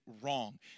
wrong